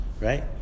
right